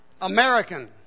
American